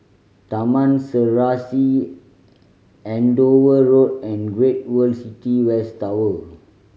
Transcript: Taman Serasi Andover Road and Great World City West Tower